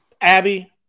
Abby